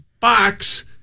box